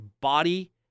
body